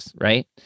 Right